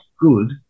good